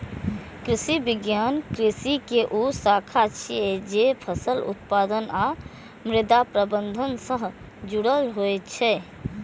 कृषि विज्ञान कृषि के ऊ शाखा छियै, जे फसल उत्पादन आ मृदा प्रबंधन सं जुड़ल होइ छै